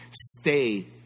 stay